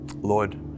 Lord